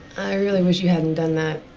i really wish you hadn't done that.